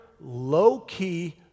low-key